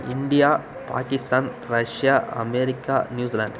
India Pakistan Russia America New Zealand